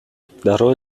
дароо